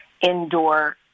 indoor